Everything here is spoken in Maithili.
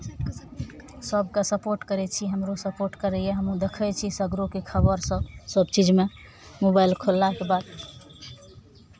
सभकेँ सपोर्ट करै छी हमरो सपोर्ट करैए हमहूँ देखै छी सगरोके खबर सभ सभ चीजमे मोबाइल खोललाके बाद